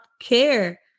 care